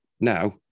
now